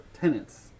tenants